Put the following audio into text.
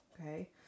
Okay